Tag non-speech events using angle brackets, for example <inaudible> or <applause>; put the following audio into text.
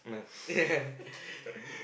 none <laughs>